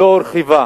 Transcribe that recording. לא הורחבה.